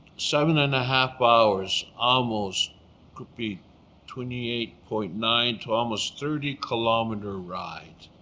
seven and a half hours almost could be twenty eight point nine to almost thirty kilometer ride.